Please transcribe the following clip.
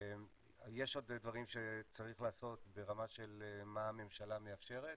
יש עוד דברים שצריך לעשות ברמה של מה הממשלה מאפשרת.